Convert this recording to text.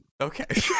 Okay